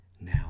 now